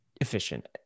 efficient